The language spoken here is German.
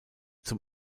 zum